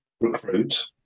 recruit